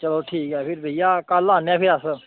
चलो ठीक ऐ फिर भेइया कल आने भी अस